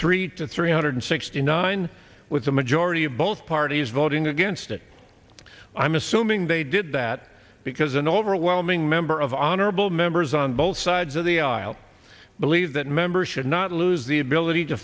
three to three hundred sixty nine with a majority of both parties voting against it i'm assuming they did that because an overwhelming member of honorable members on both sides of the aisle believe that members should not lose the ability to